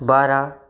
बारा